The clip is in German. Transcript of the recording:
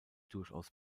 durchaus